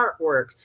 artwork